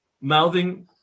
mouthing